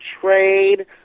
trade